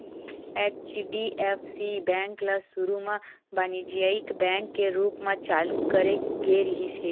HDFC bank ल सुरू म बानिज्यिक बेंक के रूप म चालू करे गे रिहिस हे